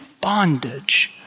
bondage